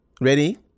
ready